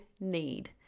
need